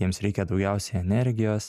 jiems reikia daugiausiai energijos